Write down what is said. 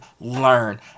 learn